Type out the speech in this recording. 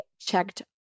checked